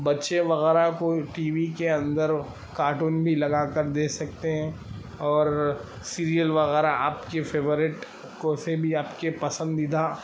بچے وغیرہ کو ٹی وی کے اندر کارٹون بھی لگا کر دیکھ سکتے ہیں اور سیریل وغیرہ آپ کی فیورٹ کوئی سے بھی آپ کے پسندیدہ